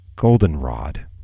goldenrod